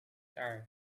hour